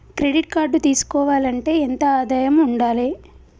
Credit card తీసుకోవాలంటే ఎంత ఆదాయం ఉండాలే?